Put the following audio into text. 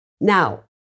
Now